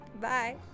Bye